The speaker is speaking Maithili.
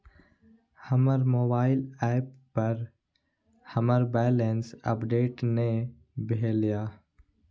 हमर मोबाइल ऐप पर हमर बैलेंस अपडेट ने भेल या